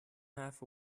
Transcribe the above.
half